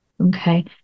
Okay